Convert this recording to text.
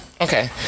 okay